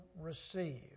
receive